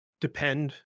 depend